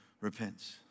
repents